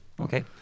Okay